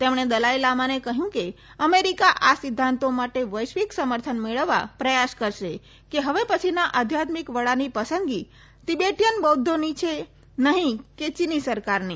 તેમણે દલાઇ લામાને કહ્યું કે અમેરીકા આ સિધ્ધાંતો માટે વૈશ્વિક સમર્થન મેળવવા પ્રયાસ કરશે કે હવે પછીના આધ્યાત્મિક વડાની પસંદગી તિબેટીયન બૌધ્ધોની છે નહી કે ચીની સરકારની